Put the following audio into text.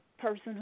person